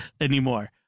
anymore